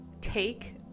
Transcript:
take